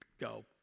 go